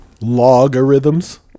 logarithms